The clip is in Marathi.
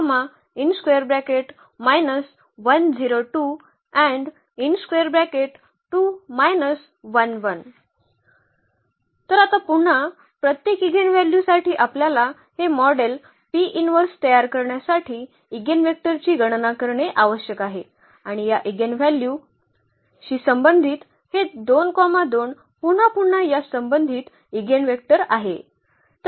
इगेनवेक्टर्स तर आता पुन्हा प्रत्येक इगेनव्ह्ल्यू साठी आपल्याला हे मॉडेल तयार करण्यासाठी इगेनवेक्टरची गणना करणे आवश्यक आहे आणि या इगेनव्ह्ल्यू शी संबंधित हे 2 2 पुन्हा पुन्हा या संबंधित इगेनवेक्टर आहे